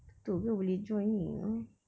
betul ke boleh join ni !huh!